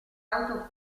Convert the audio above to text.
auto